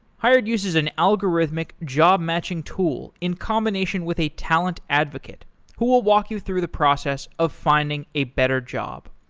hired uses an algorithmic job-matching tool in combination with a talent advocate who will walk you through the process of finding a better job.